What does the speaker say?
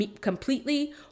completely